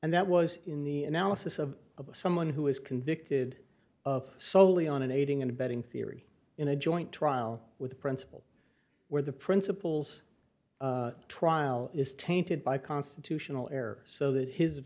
and that was in the analysis of of someone who was convicted of solely on an aiding and abetting theory in a joint trial with principle where the principles trial is tainted by constitutional air so that his